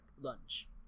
lunch